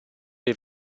dei